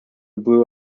blue